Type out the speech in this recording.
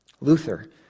Luther